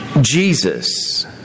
Jesus